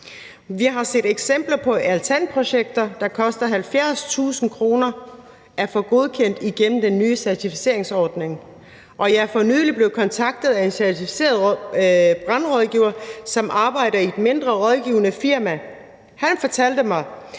Vi har set eksempler på altanprojekter, der koster 70.000 kr. at få godkendt igennem den nye certificeringsordning. Og jeg er for nylig blevet kontaktet af en certificeret brandrådgiver, som arbejder i et mindre, rådgivende firma, og han fortalte mig,